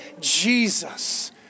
Jesus